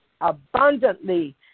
abundantly